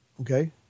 Okay